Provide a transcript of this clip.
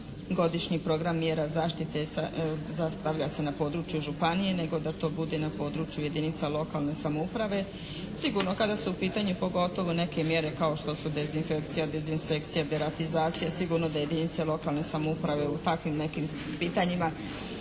godišnji program mjera zaštite sastavlja se na području županije, nego da to bude na području jedinica lokalne samouprave sigurno kada su u pitanju pogotovo neke mjere kao što su dezinfekcija, dezinsekcija, deratizacija, sigurno da jedinice lokalne samouprave u takvim nekim pitanjima